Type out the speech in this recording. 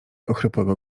ochrypłego